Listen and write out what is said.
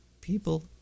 people